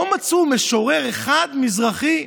לא מצאו משורר אחד מזרחי,